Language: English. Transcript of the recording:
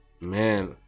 man